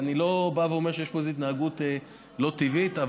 אני לא בא ואומר שיש פה איזו התנהגות לא טבעית.